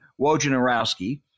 Wojnarowski